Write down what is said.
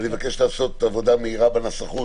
ואני מבקש לעשות עבודה מהירה בנסחות